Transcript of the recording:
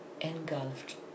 engulfed